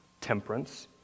Temperance